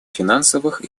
финансовых